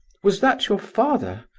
was that your father?